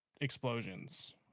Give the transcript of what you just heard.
explosions